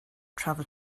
traveled